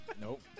Nope